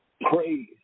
Praise